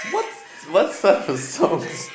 what's what's up with songs